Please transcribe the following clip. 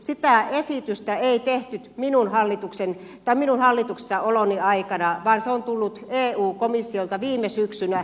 sitä esitystä ei tehty minun hallituksessaoloni aikana vaan se on tullut eu komissiolta viime syksynä